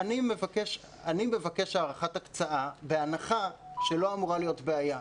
אני מבקש הארכת הקצאה בהנחה שלא אמורה להיות בעיה.